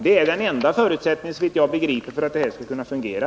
Det är såvitt jag begriper också den enda förutsättningen för att det här skall kunna fungera.